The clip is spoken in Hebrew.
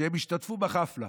שהם השתתפו בחפלה,